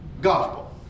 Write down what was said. gospel